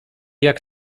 jak